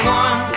one